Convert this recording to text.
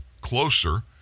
closer